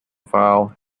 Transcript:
file